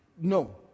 No